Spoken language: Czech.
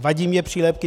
Vadí mně přílepky.